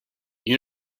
you